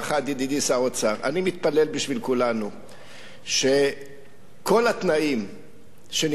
אני מתפלל בשביל כולנו שכל התנאים שנמצאים היום לא יורעו,